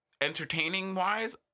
entertaining-wise